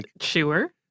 Sure